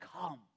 come